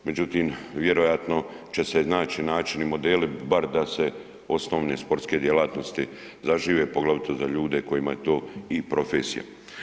Međutim, vjerojatno će se naći načini i modeli bar da se osnovne sportske djelatnosti zažive, poglavito za ljude kojima je to i profesija.